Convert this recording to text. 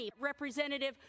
Representative